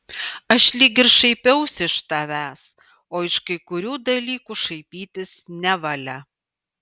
aš lyg ir šaipiausi iš tavęs o iš kai kurių dalykų šaipytis nevalia